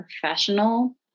professional